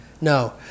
No